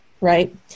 right